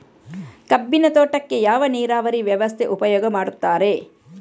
ಕಬ್ಬಿನ ತೋಟಕ್ಕೆ ಯಾವ ನೀರಾವರಿ ವ್ಯವಸ್ಥೆ ಉಪಯೋಗ ಮಾಡುತ್ತಾರೆ?